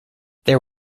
there